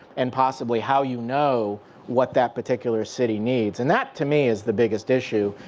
and possibly how you know what that particular city needs. and that to me is the biggest issue.